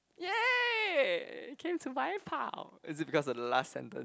!yay! it came to my pile is it because of the last sentence